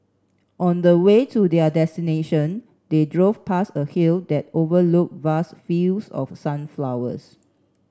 on the way to their destination they drove past a hill that overlooked vast fields of sunflowers